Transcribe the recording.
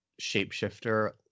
shapeshifter